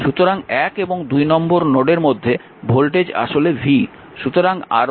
সুতরাং 1 এবং 2 নম্বর নোডের মধ্যে ভোল্টেজ আসলে v